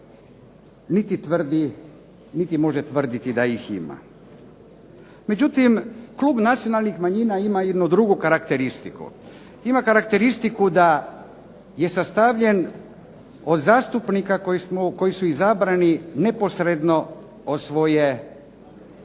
niti može tvrditi da ih ima. Međutim, Klub nacionalnih manjina ima jednu drugu karakteristiku. Ima karakteristiku da je sastavljen od zastupnika koji su izabrani neposredno od svojih